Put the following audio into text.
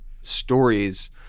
stories